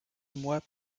mois